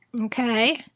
Okay